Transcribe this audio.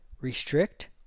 Restrict